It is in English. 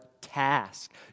task